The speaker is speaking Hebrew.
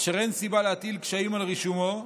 אשר אין סיבה להטיל קשיים על רישומו.